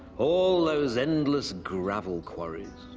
all those endless gravel quarries.